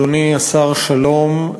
אדוני השר שלום,